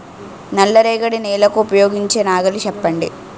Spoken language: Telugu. నల్ల రేగడి నెలకు ఉపయోగించే నాగలి చెప్పండి?